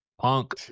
Punk